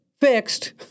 fixed